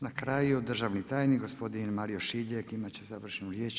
Na kraju državni tajnik gospodin Mario Šiljek imati će završnu riječ.